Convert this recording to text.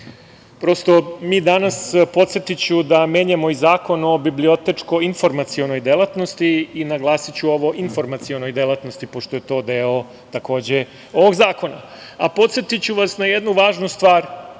prosto, podsetiću da menjamo i Zakon o bibliotečko-informacionoj delatnosti i naglasiću ovo informacionoj delatnosti, pošto je to deo, takođe ovog zakona. Podsetiću vas na jednu važnu stvar